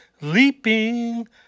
Leaping